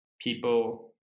people